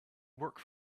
work